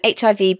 HIV